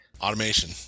Automation